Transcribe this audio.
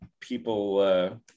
people